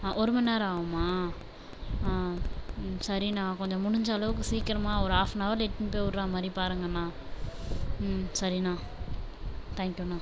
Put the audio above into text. ஒரு மணி நேரம் ஆகுமா சரிண்ணா கொஞ்சம் முடிஞ்ச அளவுக்கு சீக்கிரமா ஒரு ஆஃப் நவரில் இழுட்டுன்னு போய் விடுற மாதிரி பாருங்கணா சரிண்ணா தேங்க்யூணா